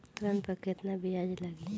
ऋण पर केतना ब्याज लगी?